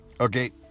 Okay